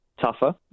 tougher